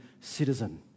citizen